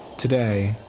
today,